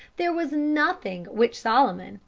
there was nothing which solomon,